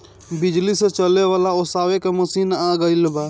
बिजली से चले वाला ओसावे के मशीन आ गइल बा